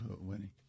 winning